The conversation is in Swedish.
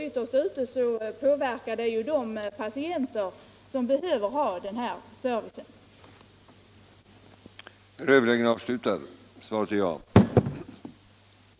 Ytterst påverkar det de patienter som behöver den service det här är fråga om.